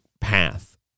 path